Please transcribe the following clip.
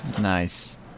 Nice